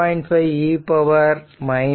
5e 2